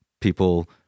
people